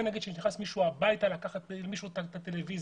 שנכנס מישהו לבית החייב ומחרים את הטלוויזיה.